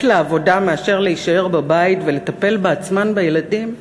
לעבודה מאשר להישאר בבית ולטפל בעצמן בילדים?